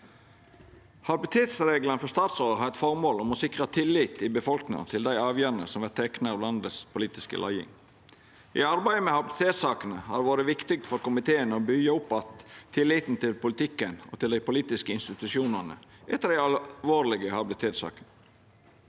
Habilitetsreglane for statsrådar har eit føremål om å sikra tillit i befolkninga til dei avgjerdene som vert tekne av landets politiske leiing. I arbeidet med habilitetssakene har det vore viktig for komiteen å byggja opp att tilliten til politikken og til dei politiske institusjonane etter dei alvorlege habilitetssakene.